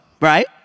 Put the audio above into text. right